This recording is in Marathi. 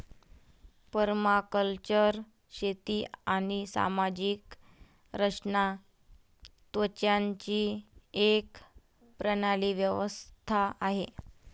परमाकल्चर शेती आणि सामाजिक रचना तत्त्वांची एक प्रणाली व्यवस्था आहे